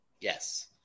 Yes